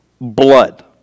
blood